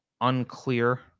unclear